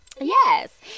yes